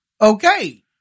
okay